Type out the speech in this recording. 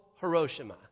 Hiroshima